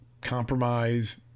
compromise